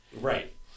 right